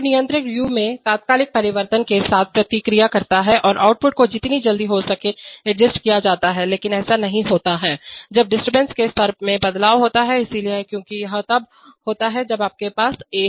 तो नियंत्रक u में तात्कालिक परिवर्तन के साथ प्रतिक्रिया करता है और आउटपुट को जितनी जल्दी हो सके एडजेस्ट किया जाता है लेकिन ऐसा नहीं होता है जब डिस्टरबेंस के स्तर में बदलाव होता है इसलिए क्योंकि यह तब भी होता है जब आपके पास a है